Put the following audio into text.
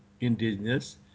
indigenous